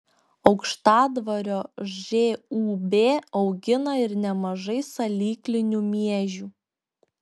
aukštadvario žūb augina ir nemažai salyklinių miežių